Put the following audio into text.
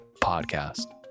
podcast